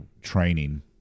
training